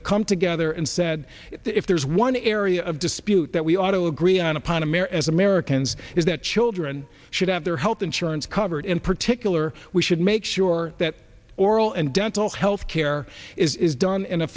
have come together and said if there's one area of dispute that we ought to agree on upon a mirror as americans is that children should have their health insurance covered in particular we should make sure that oral and dental health care is done in a